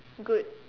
good